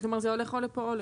כלומר, זה הולך או לפה או לפה.